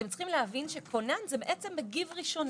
אתם צריכים להבין שכונן זה בעצם מגיב ראשוני.